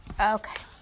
Okay